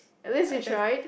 at least you tried